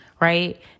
right